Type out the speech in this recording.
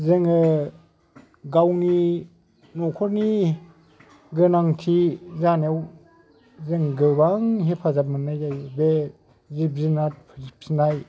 जोङो गावनि न'खरनि गोनांथि जानायाव जों गोबां हेफाजाब मोननाय जायो बे जिब जुनार फिनाय